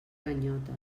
ganyotes